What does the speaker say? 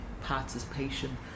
participation